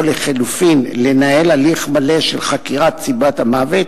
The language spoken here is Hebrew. או לחלופין לנהל הליך מלא של חקירת סיבת המוות,